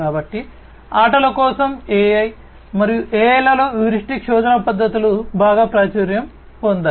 కాబట్టి ఆటల కోసం AI మరియు AI లలో హ్యూరిస్టిక్ శోధన పద్ధతులు బాగా ప్రాచుర్యం పొందాయి